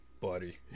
buddy